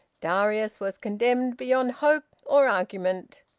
darius was condemned beyond hope or argument.